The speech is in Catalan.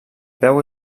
peu